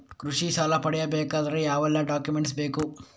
ಕೃಷಿ ಸಾಲ ಪಡೆಯಬೇಕಾದರೆ ಯಾವೆಲ್ಲ ಡಾಕ್ಯುಮೆಂಟ್ ಬೇಕು?